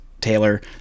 Taylor